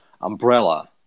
umbrella